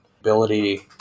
ability